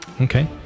Okay